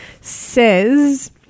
says